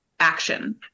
action